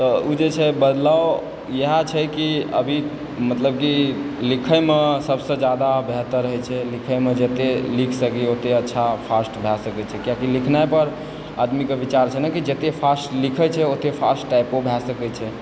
तऽ ओ जे छै बदलाव इएह छै कि अभी मतलब कि लिखयमे सभसँ ज्यादा बेहतर होइ छै लिखयमे जतए लिख सकी ओतए अच्छा फास्ट भए सकय छै कियाकि लिखनाइ पर आदमीके विचार छै न कि जतय फास्ट लिखय छै ओतए फास्ट टाइपो भए सकैत छै